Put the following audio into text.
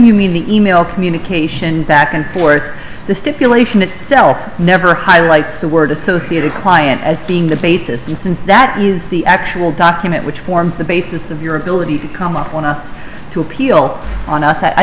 assume you mean the e mail communication back and forth the stipulation itself never highlights the word associated client as being the basis and since that is the actual document which forms the basis of your ability to come up on us to appeal on us i